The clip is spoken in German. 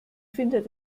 findet